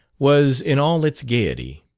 was in all its gaiety.